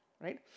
right